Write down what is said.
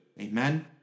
Amen